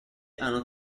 hanno